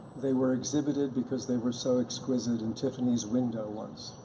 they were exhibited because they were so exquisite in tiffany's window once.